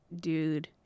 dude